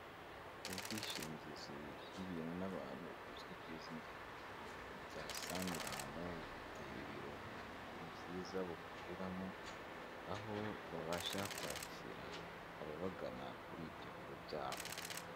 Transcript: Ubwishingizi bw'ibintu n'abantu buzwi ku izina rya sandiramu bufite ibiro byiza bukoreramo aho babasha kwakira ababagana kuri ibyo biro byabo.